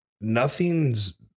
nothing's